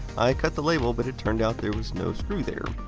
i cut the label, but it turned out there was no screw there.